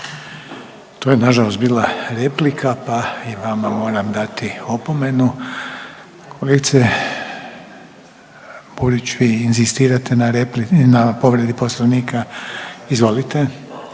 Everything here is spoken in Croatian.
To je nažalost bila replika, pa i vama moram dati opomenu. Kolegice Burić vi inzistirate na replici, na povredi Poslovnika? Izvolite.